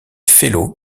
fellow